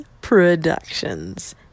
Productions